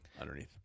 underneath